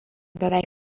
beveik